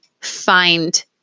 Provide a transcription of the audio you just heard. find